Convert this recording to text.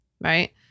right